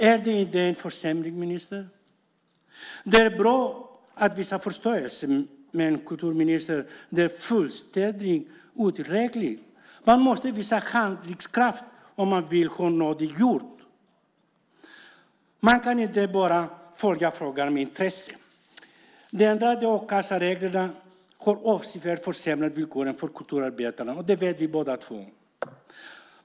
Är inte det en försämring, ministern? Det är bra att visa förståelse. Men, kulturministern, det är fullständigt otillräckligt. Man måste visa handlingskraft om man vill ha någonting gjort. Man kan inte bara följa frågan med intresse. De ändrade a-kassereglerna har avsevärt försämrat villkoren för kulturarbetarna, och det vet vi båda två.